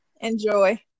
Enjoy